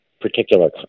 particular